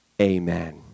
amen